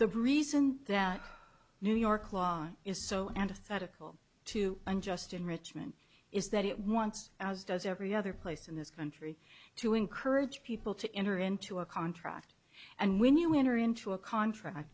the reason that new york law is so antithetical to unjust enrichment is that it wants as does every other place in this country to encourage people to enter into a contract and when you enter into a contract